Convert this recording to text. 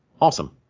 Awesome